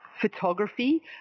photography